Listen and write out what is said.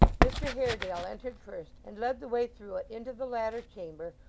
mr haredale entered first, and led the way through it into the latter chamber,